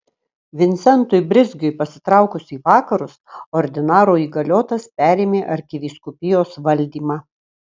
vincentui brizgiui pasitraukus į vakarus ordinaro įgaliotas perėmė arkivyskupijos valdymą